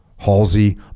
Halsey